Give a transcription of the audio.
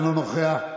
אינו נוכח.